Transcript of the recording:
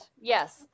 yes